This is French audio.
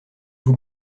vous